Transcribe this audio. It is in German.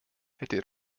hätte